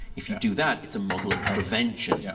if you do that it's a model of prevention, yeah